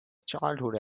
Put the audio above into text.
childhood